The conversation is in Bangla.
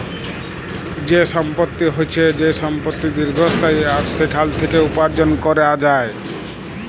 যে সম্পত্তি হচ্যে যে সম্পত্তি দীর্ঘস্থায়ী আর সেখাল থেক্যে উপার্জন ক্যরা যায়